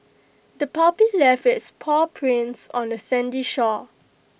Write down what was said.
the puppy left its paw prints on the sandy shore